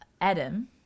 Adam